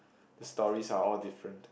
stories are all different